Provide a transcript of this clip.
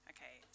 Okay